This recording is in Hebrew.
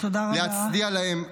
להצדיע להם.